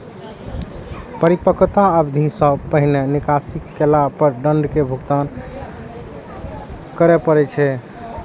परिपक्वता अवधि सं पहिने निकासी केला पर दंड के भुगतान करय पड़ै छै